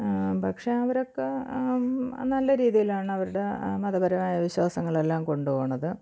പക്ഷേ അവരൊക്കെ നല്ല രീതിയിലാണ് അവരുടെ മതപരമായ വിശ്വാസങ്ങളെല്ലാം കൊണ്ടുപോണത്